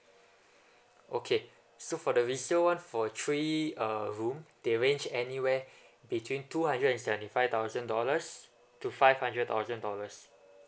okay so for the resale one for three uh room they range anywhere between two hundred and seventy five thousand dollars to five hundred thousand dollars